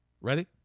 Ready